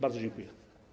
Bardzo dziękuję.